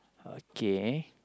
okay